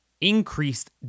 increased